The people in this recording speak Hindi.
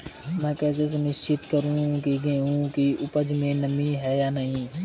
मैं कैसे सुनिश्चित करूँ की गेहूँ की उपज में नमी है या नहीं?